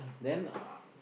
then uh